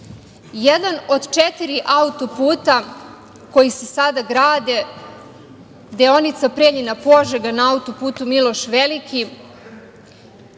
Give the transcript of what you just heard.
od četiri auto-puta koji se sada grade, deonica Preljina-Požega na auto-putu „Miloš Veliki“,